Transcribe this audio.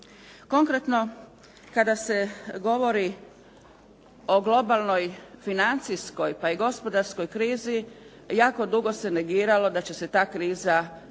Konkretno kada se govori o globalnoj financijskoj pa i gospodarskoj krizi jako dugo se negiralo da će se ta kriza u